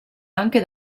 anche